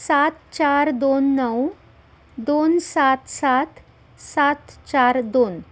सात चार दोन नऊ दोन सात सात सात चार दोन